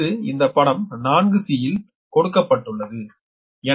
இது இந்த படம் 4 ல் கொடுக்கப்பட்டுள்ளது